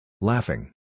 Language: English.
Laughing